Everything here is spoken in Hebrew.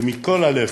ומכל הלב,